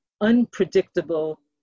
unpredictable